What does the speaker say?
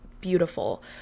beautiful